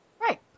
Right